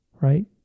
right